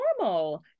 normal